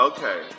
Okay